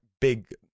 big